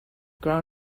grown